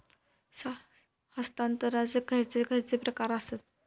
हस्तांतराचे खयचे खयचे प्रकार आसत?